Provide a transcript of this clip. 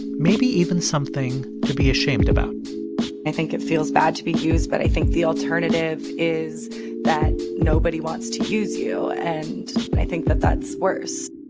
maybe even something to be ashamed about i think it feels bad to be used. but i think the alternative is that nobody wants to use you. and i think that that's worse